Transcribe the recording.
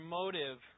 motive